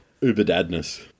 uber-dadness